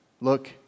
look